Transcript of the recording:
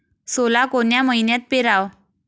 सोला कोन्या मइन्यात पेराव?